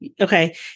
okay